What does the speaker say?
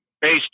base